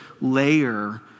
layer